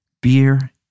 beer